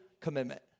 commitment